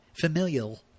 Familial